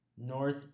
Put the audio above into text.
north